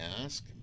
ask